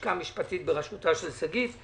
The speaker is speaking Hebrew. מהלשכה המשפטית בראשותה של שגית,